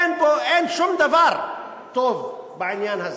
אין שום דבר טוב בעניין הזה,